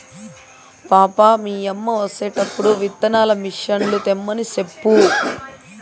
పాపా, మీ యమ్మ వచ్చేటప్పుడు విత్తనాల మిసన్లు తెమ్మని సెప్పు